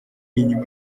inyuma